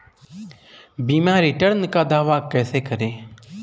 बीमा रिटर्न का दावा कैसे करें?